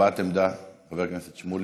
הבעת עמדה, חבר הכנסת שמולי.